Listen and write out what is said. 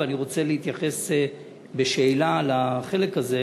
ואני רוצה להתייחס בשאלה לחלק הזה.